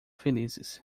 felizes